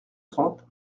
trente